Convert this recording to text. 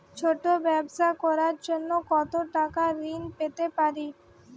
ছোট ব্যাবসা করার জন্য কতো টাকা ঋন পেতে পারি?